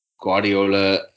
Guardiola